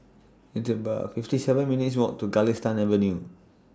It's about fifty seven minutes' Walk to Galistan Avenue